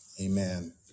Amen